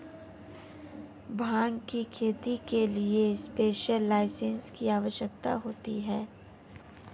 भांग की खेती के लिए स्पेशल लाइसेंस की आवश्यकता होती है